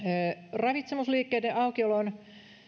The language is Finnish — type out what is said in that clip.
ravitsemusliikkeiden aukiolon